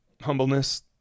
humbleness